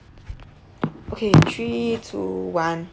okay three two one